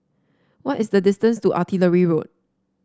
what is the distance to Artillery Road